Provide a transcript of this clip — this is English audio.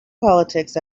politics